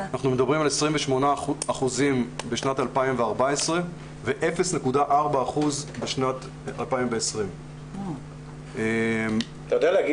אנחנו מדברים על 28 אחוזים בשנת 2014 ו-0.4 אחוז בשנת 2020. אתה יודע לומר